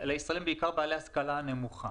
בעיקר בעלי ההשכלה הנמוכה.